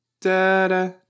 Da-da